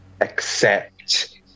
accept